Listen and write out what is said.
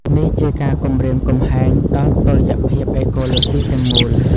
នេះជាការគំរាមកំហែងដល់តុល្យភាពអេកូឡូស៊ីទាំងមូល។